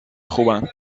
خوبن